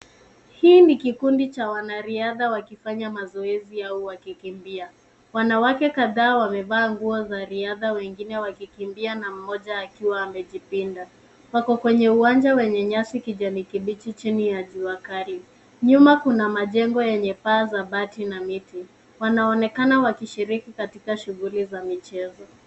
Hii ni kikundi cha wanariadha wakifanya mazoezi au wakikimbia. Wanawake kadhaa wamevaa nguo za riadha wengine wakikimbia na mmoja akiwa amejipinda. Wako kwenye uwanja wenye nyasi kijani kibichi chini ya jua kali. Nyuma kuna majengo yenye paa za bati na miti. Wanaonekana wakishiriki katika shughuli za michezo.